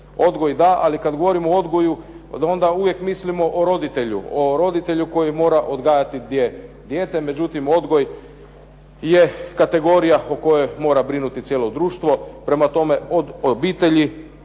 Odgoj da, ali kada govorimo o odgoju onda uvijek mislimo o roditelju, o roditelju koji mora odgajati dijete. Međutim, odgoj je kategorija o kojoj mora brinuti cijelo društvo. Prema tome, od obitelji,